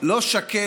לא שקט.